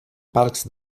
parcs